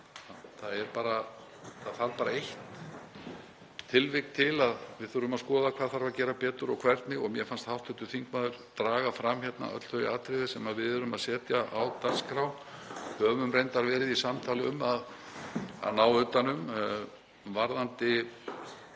andsvari að það þarf bara eitt tilvik til og þá þurfum við að skoða hvað þarf að gera betur og hvernig. Mér fannst hv. þingmaður draga fram öll þau atriði sem við erum að setja á dagskrá og höfum reyndar verið í samtali um að ná utan um. Varðandi